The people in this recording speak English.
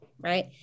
right